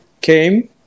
came